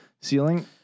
ceiling